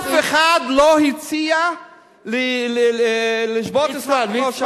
אף אחד לא הציע לשבור את הסטטוס-קוו,